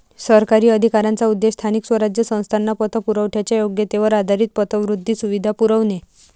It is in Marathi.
सरकारी अधिकाऱ्यांचा उद्देश स्थानिक स्वराज्य संस्थांना पतपुरवठ्याच्या योग्यतेवर आधारित पतवृद्धी सुविधा पुरवणे